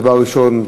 דבר ראשון,